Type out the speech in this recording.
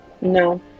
No